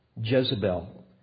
Jezebel